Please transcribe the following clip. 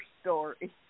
story